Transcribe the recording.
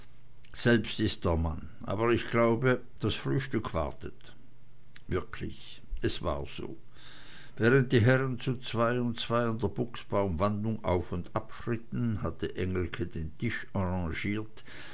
selbst ist der mann aber ich glaube das frühstück wartet wirklich es war so während die herren zu zwei und zwei an der buchsbaumwandung auf und ab schritten hatte engelke den tisch